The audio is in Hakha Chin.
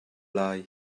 lai